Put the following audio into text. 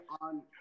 on